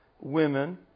women